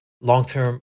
long-term